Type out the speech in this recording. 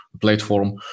platform